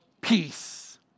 Peace